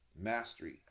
mastery